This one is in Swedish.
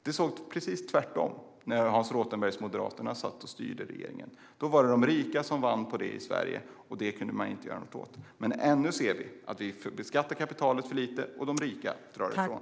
Det var precis tvärtom när Hans Rothenbergs moderater satt och styrde i regeringen. Då var det de rika som vann i Sverige, och detta kunde man inte göra något åt. Men vi ser att man ännu beskattar kapitalet för lite och att de rika drar ifrån.